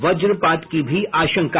वजपात की भी आशंका